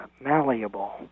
malleable